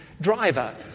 driver